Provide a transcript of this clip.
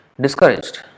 discouraged